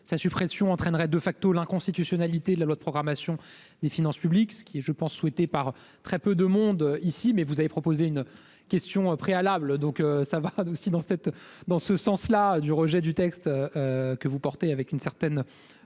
sa suppression entraînerait de facto l'inconstitutionnalité de la loi de programmation des finances publiques, ce qui est je pense souhaitée par très peu de monde ici mais vous avez proposé une question préalable, donc ça va aussi dans cette, dans ce sens-là du rejet du texte que vous portez avec une certaine